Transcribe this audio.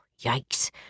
Yikes